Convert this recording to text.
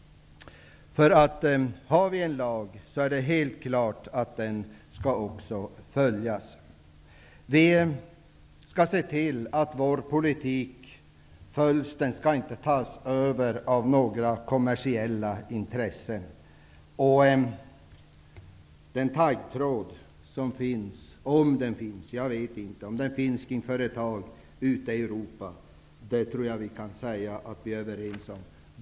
Har vi en lag, är det helt klart att den skall följas. Vi skall se till att vår politik följs. Den skall inte tas över av några kommersiella intressen. När det gäller den taggtråd som finns -- om den finns, jag vet inte det -- kring företag ute i Europa, är vi överens.